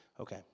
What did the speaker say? Okay